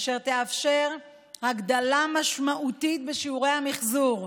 אשר יאפשר הגדלה משמעותית בשיעורי המחזור,